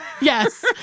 Yes